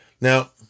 Now